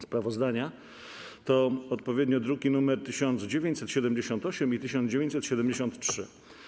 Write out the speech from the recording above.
Sprawozdania to odpowiednio druki nr 1978 i 1973.